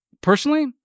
Personally